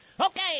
Okay